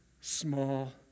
small